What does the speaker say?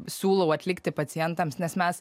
siūlau atlikti pacientams nes mes